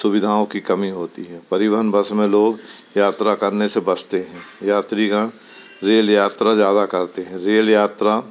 सुविधाओं की कमी होती है परिवहन बस में लोग यात्रा करने से बचते हैं यात्रीगण रेल यात्रा ज़्यादा करते हैं रेल यात्रा